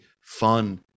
fun